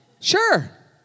Sure